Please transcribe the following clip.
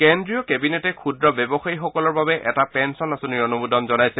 কেড্ৰীয় কেবিনেটে ক্ষুদ্ৰ ব্যৱসায়ীসকলৰ বাবে এটা পেঞ্চন আঁচনিত অনুমোদন জনাইছে